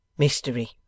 Mystery